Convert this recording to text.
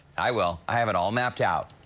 i will. i have it all mapped out.